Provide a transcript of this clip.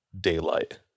daylight